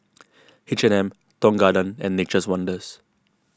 H and M Tong Garden and Nature's Wonders